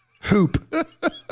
hoop